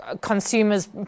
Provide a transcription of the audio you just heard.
consumers